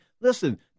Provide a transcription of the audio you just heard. Listen